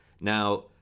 Now